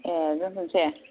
ए दोनथनसै